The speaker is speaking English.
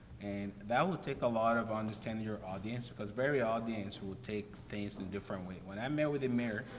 and that will take a lot of understanding your audience. because every audience will will take things in different way. when i met with the mayor,